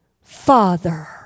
Father